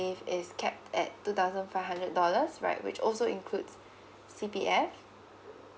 is capped at two thousand five hundred dollars right which also includes C P F